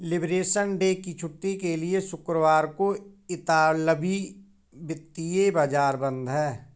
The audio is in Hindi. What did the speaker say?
लिबरेशन डे की छुट्टी के लिए शुक्रवार को इतालवी वित्तीय बाजार बंद हैं